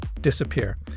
disappear